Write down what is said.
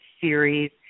series